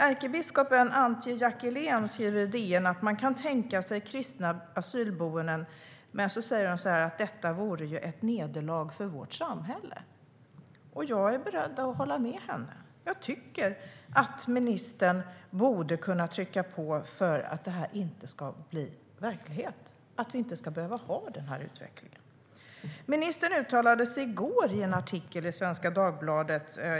Ärkebiskop Antje Jackelén skrev i DN att man kan tänka sig kristna asylboenden men att detta vore "ett nederlag för vårt samhälle". Jag är beredd att hålla med henne. Jag tycker att ministern borde kunna trycka på för att det inte ska bli verklighet, att vi inte ska behöva ha den utvecklingen. Ministern uttalade sig i går i en artikel i Svenska Dagbladet.